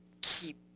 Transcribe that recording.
Keep